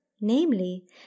namely